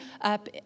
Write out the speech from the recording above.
up